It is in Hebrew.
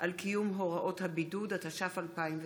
על קיום הוראות הבידוד), התש"ף 2020,